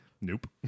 nope